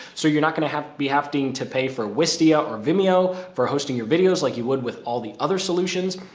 so you're not going to have to be hafting to pay for wistia or vimeo for hosting your videos like you would with all these other solutions.